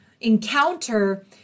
encounter